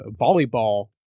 volleyball